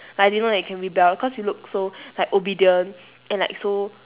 I didn't know you can rebel cause you look so like obedient and like so